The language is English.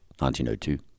1902